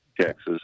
Texas